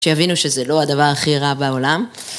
שיבינו שזה לא הדבר הכי רע בעולם